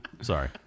Sorry